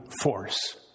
force